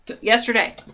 yesterday